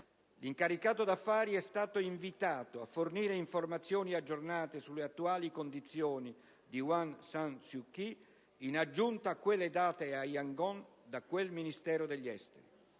L'incaricato d'affari è stato invitato a fornire informazioni aggiornate sulle attuali condizioni di Aung San Suu Kyi, in aggiunta a quelle date a Yangoon da quel Ministero degli esteri.